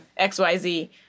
XYZ